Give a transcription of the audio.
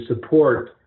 support